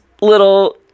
little